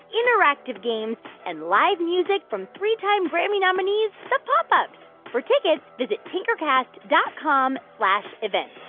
interactive games and live music from three-time grammy nominees the pop ups. for tickets, visit tinkercast dot com slash events.